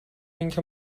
اینکه